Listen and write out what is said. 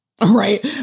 Right